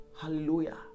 Hallelujah